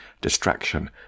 distraction